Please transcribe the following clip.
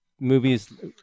movies